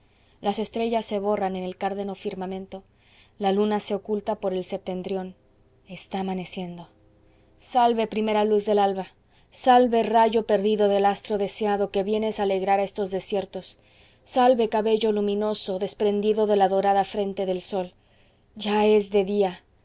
las estrellas se borran en el cárdeno firmamento la luna se oculta por el septentrión está amaneciendo salve primera luz del alba salve rayo perdido del astro deseado que vienes a alegrar estos desiertos salve cabello luminoso desprendido de la dorada frente del sol ya es de día